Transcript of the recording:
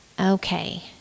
okay